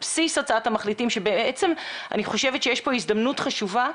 על בסיס הצעת המחליטים שבעצם אני חושבת שיש פה הזדמנות חשובה,